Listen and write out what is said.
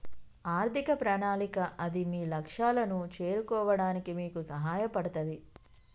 ఆర్థిక ప్రణాళిక అది మీ లక్ష్యాలను చేరుకోవడానికి మీకు సహాయపడతది